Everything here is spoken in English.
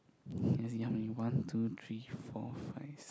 let's see how many one two three four five six